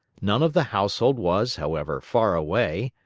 none of the household was, however, far away.